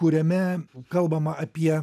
kuriame kalbama apie